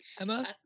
Emma